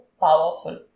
powerful